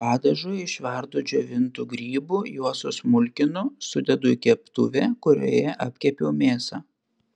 padažui išverdu džiovintų grybų juos susmulkinu sudedu į keptuvę kurioje apkepiau mėsą